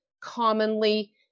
commonly